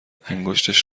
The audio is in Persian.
انگشتش